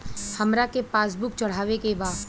हमरा के पास बुक चढ़ावे के बा?